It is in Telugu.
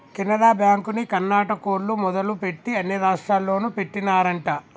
కెనరా బ్యాంకుని కర్ణాటకోల్లు మొదలుపెట్టి అన్ని రాష్టాల్లోనూ పెట్టినారంట